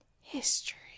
history